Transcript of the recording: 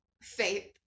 Faith